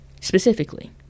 Specifically